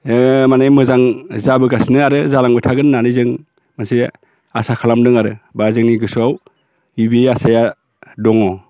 माने मोजां जाबोगासिनो आरो जालांबाय थागोन होननानै जों मोनसे आसा खालामदों आरो बा जोंनि गोसोआव बे आसाया दङ